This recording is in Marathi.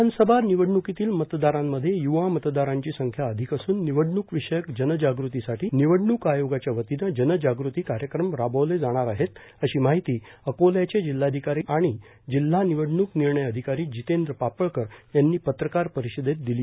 विधानसभा निवडणुकीतील मतदारामध्ये युवा मतदारांची संख्या अधिक असून निवडणूक विषयक जनजागृतीसाठी निवडणूक आयोगाच्या वतीनं जनजागृती कार्यक्रम राबवले जाणार आहेत अशी माहिती अकोल्याचे जिल्हाधिकारी आणि जिल्हा निवडणूक निर्णय अधिकारी जितेंद्र पापळकर यांनी पत्रकार परिषदेत दिली